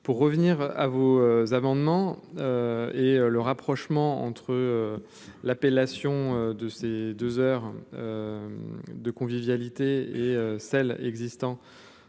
pour revenir à vous amendement et le rapprochement entre l'appellation de ces 2 heures de. Convivialité et celles existant